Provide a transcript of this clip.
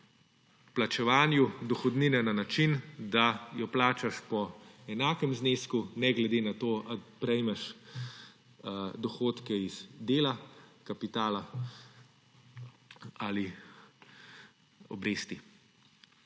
je plačevanju dohodnine na način, da jo plačaš po enakem znesku, ne glede na to, ali prejmeš dohodke iz dela, kapitala ali obresti.